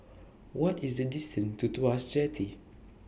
What IS The distance to Tuas Jetty